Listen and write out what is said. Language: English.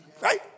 right